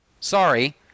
Sorry